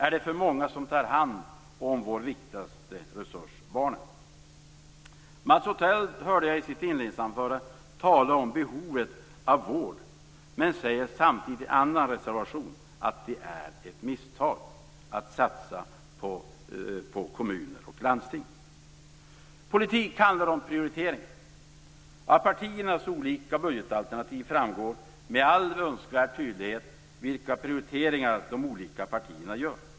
Är det för många som tar hand om vår viktigaste resurs - barnen? Jag hörde Mats Odell tala i sitt inledningsanförande om behovet av vård, men samtidigt säger han i en reservation att det är ett misstag att satsa på kommuner och landsting. Politik handlar om prioriteringar. Av partiernas olika budgetalternativ framgår med all önskvärd tydlighet vilka prioriteringar de olika partierna gör.